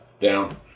Down